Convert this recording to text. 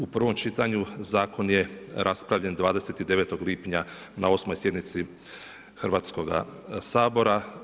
U prvom čitanju zakon je raspravljan 29. lipnja na 8. sjednici Hrvatskoga sabora.